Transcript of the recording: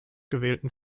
gewählten